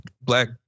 Black